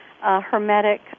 hermetic